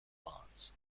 bonds